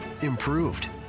Improved